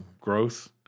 growth